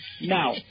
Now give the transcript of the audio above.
Now